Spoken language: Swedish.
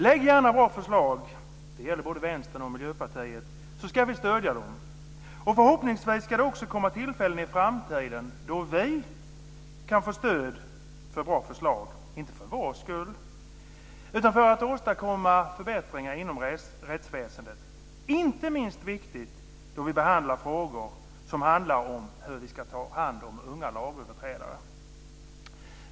Lägg gärna bra förslag - det gäller både Vänstern och Miljöpartiet - så ska vi stödja dem. Och förhoppningsvis ska det också komma tillfällen i framtiden då vi kan få stöd för bra förslag, inte för vår skull utan för att åstadkomma förbättringar inom rättsväsendet. Det är inte minst viktigt då vi behandlar frågor som handlar om hur vi ska ta hand om unga lagöverträdare.